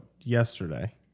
yesterday